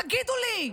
תגידו לי,